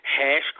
hash